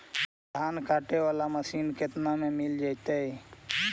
धान काटे वाला मशीन केतना में मिल जैतै?